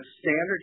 standard